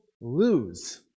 lose